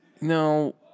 No